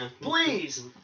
please